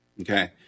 Okay